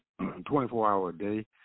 24-hour-a-day